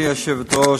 גברתי היושבת-ראש,